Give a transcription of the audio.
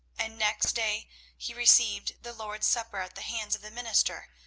and next day he received the lord's supper at the hands of the minister,